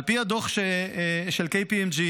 על פי הדוח של KPMG,